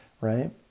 right